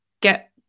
get